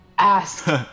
ask